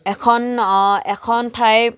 এখন এখন ঠাই